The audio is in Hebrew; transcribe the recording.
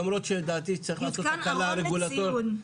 למרות שלדעתי צריך לעשות הקלה רגולטורית.